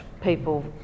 people